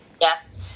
Yes